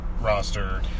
roster